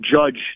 judge